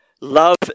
Love